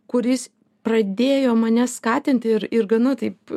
kuris pradėjo mane skatinti ir ir gana taip